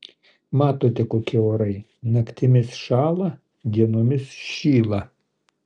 matote kokie orai naktimis šąla dienomis šyla